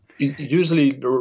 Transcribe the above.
Usually